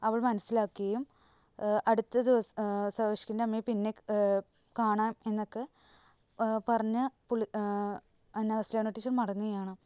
അവൾ മനസ്സിലാക്കുകയും അടുത്ത ദിവസം സവിഷ്കിൻ്റെ അമ്മയെ പിന്നെ കാണാം എന്നൊക്കെ പറഞ്ഞ് പുള്ളി അന്നാവാസ്ലിവ്ന ടീച്ചർ മടങ്ങുകയാണ്